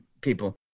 people